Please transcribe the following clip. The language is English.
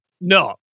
No